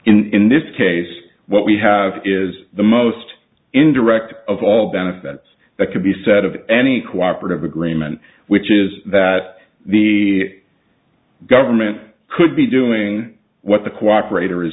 ok in this case what we have is the most indirect of all benefits that could be said of any cooperative agreement which is that the government could be doing what the cooperator is